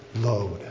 load